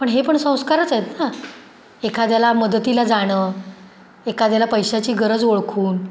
पण हे पण संस्कारच आहेत ना एखाद्याला मदतीला जाणं एखाद्याला पैशाची गरज ओळखून